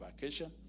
vacation